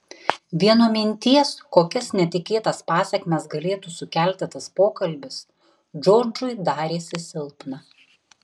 vien nuo minties kokias netikėtas pasekmes galėtų sukelti tas pokalbis džordžui darėsi silpna